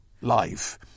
life